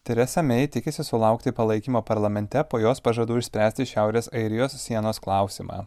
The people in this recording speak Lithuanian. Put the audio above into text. teresa mei tikisi sulaukti palaikymo parlamente po jos pažadų išspręsti šiaurės airijos sienos klausimą